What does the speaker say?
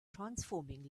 transforming